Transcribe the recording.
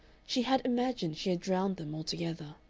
she had imagined she had drowned them altogether.